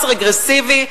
מס רגרסיבי,